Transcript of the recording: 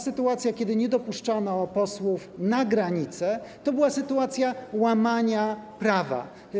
Sytuacja, kiedy nie dopuszczano posłów na granicę, to była sytuacja łamania prawa.